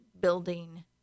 building